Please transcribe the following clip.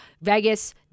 Vegas